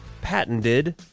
patented